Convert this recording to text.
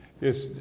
Yes